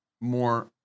more